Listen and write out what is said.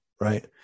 right